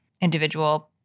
individual